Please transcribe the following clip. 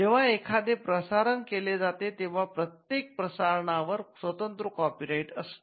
जेव्हा एखादे प्रसारण केले जाते तेव्हा प्रत्येक प्रसारणावर स्वतंत्र कॉपीराइट असतो